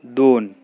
दोन